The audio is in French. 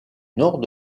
nord